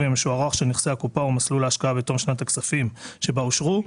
המשוערך של נכסי הקופה או מסלול ההשקעה בתום שנת הכספים שבה אושרו,